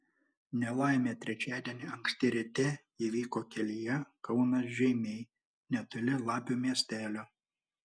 nelaimė trečiadienį anksti ryte įvyko kelyje kaunas žeimiai netoli lapių miestelio